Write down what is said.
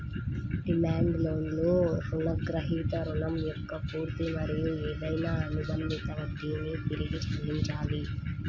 demand లోన్లో రుణగ్రహీత రుణం యొక్క పూర్తి మరియు ఏదైనా అనుబంధిత వడ్డీని తిరిగి చెల్లించాలి